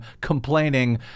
complaining